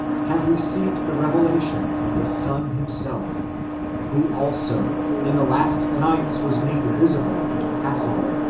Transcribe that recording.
have received the revelation from the son himself who also in the last times was made visible and passible,